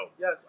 Yes